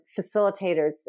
facilitators